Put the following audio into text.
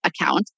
account